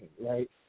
right